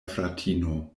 fratino